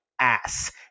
ass